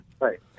Right